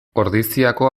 ordiziako